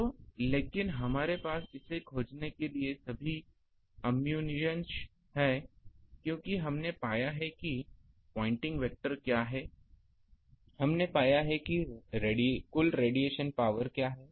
तो लेकिन हमारे पास इसे खोजने के लिए सभी अम्मुनिशंस हैं क्योंकि हमने पाया है कि पॉइंटिंग वेक्टर क्या है हमने पाया है कि कुल रेडिएशन पावर क्या है